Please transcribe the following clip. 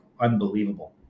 unbelievable